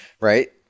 right